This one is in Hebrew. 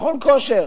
מכון כושר.